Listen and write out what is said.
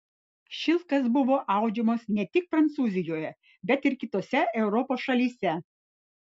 šilkas buvo audžiamas ne tik prancūzijoje bet ir kitose europos šalyse